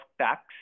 tax